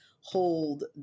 hold